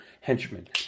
henchmen